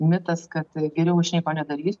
mitas kad geriau aš nieko nedarys